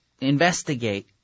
investigate